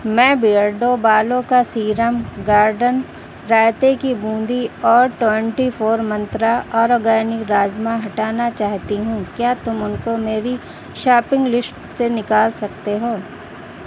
میں بیئرڈو بالوں کا سیرم گارڈن رائتے کی بوندی اور ٹوینٹی فور منترا اورگینک راجما ہٹانا چاہتی ہوں کیا تم ان کو میری شاپنگ لیسٹ سے نکال سکتے ہو